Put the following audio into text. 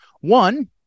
One